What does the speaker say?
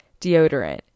deodorant